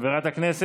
אפשר לתת לך,